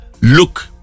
look